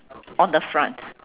on the front